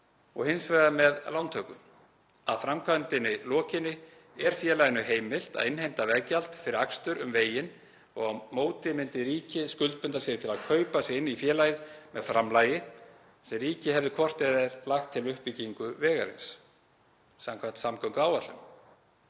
hins vegar með lántöku. Að framkvæmdinni lokinni er félaginu heimilt að innheimta veggjald fyrir akstur um veginn og á móti myndi ríkið skuldbinda sig til að „kaupa“ sig inn í félagið með framlagi sem ríkið hefði hvort eð er lagt til við uppbyggingu vegarins samkvæmt samgönguáætlun.